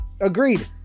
Agreed